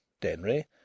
Denry